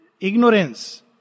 Ignorance